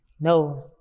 No